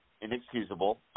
inexcusable